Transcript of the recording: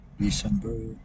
December